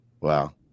Wow